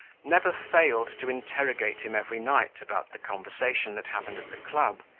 never failed to interrogate him every night about the conversation that happened at the club,